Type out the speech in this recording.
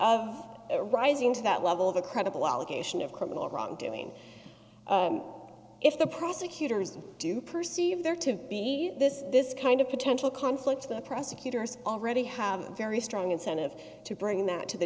be rising to that level of a credible allegation of criminal wrongdoing if the prosecutors do perceive there to be this this kind of potential conflicts the prosecutors already have a very strong incentive to bring that to the